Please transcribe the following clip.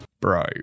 Bro